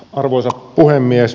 arvoisa puhemies